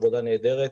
עבודה נהדרת,